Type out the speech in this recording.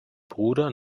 bruder